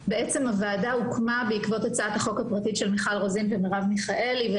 הוועדה הוקמה בעקבות הצעת החוק הפרטית של מיכל רוזין ומרב מיכאלי,